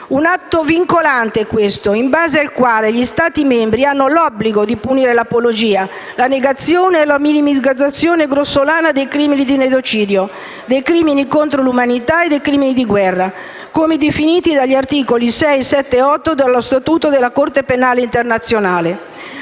un atto vincolante, in base al quale gli Stati membri hanno l'obbligo di punire l'apologia, la negazione o la minimizzazione grossolana dei crimini di genocidio, dei crimini contro l'umanità e dei crimini di guerra, come definiti agli articoli 6, 7 e 8 dello Statuto della Corte penale internazionale,